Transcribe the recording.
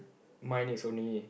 mine is only